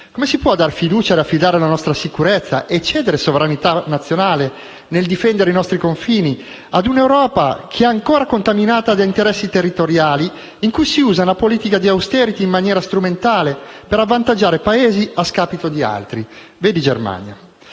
Come si può dare fiducia, affidare la nostra sicurezza e cedere sovranità nazionale nel difendere i nostri confini a un'Europa ancora contaminata da interessi territoriali, in cui si usa una politica di *austerity* in maniera strumentale per avvantaggiare Paesi a scapito di altri (vedi Germania)?